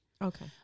okay